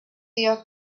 your